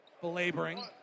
belaboring